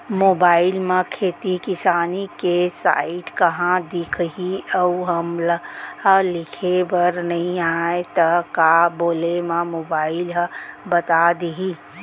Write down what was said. Mobile म खेती किसानी के साइट कहाँ दिखही अऊ हमला लिखेबर नई आय त का बोले म मोबाइल ह बता दिही?